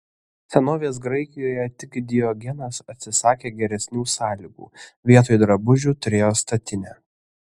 senovės graikijoje tik diogenas atsisakė geresnių sąlygų vietoj drabužių turėjo statinę